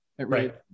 right